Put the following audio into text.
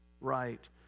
right